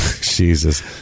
jesus